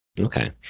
Okay